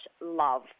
love